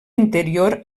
interior